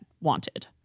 wanted